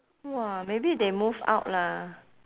!wah! maybe they move out lah